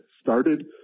started